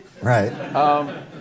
Right